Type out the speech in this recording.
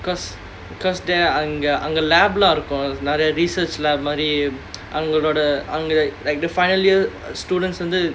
because because there அங்க அங்க:anga anga laboratory லாம் இருக்கும்:laam irukkum research laboratory மாதிரி அவங்களோட அவங்க:maadhiri avangaloda avanga like the final year students வந்து:vandhu